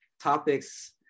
topics